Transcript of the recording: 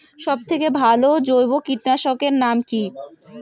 সব থেকে ভালো জৈব কীটনাশক এর নাম কি?